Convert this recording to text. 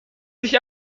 sich